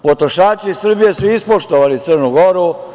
Potrošači Srbije su ispoštovali Crnu Goru.